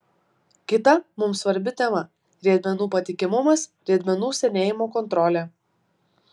kita mums svarbi tema riedmenų patikimumas riedmenų senėjimo kontrolė